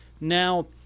Now